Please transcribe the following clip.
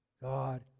God